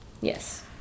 Yes